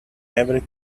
every